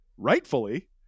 Rightfully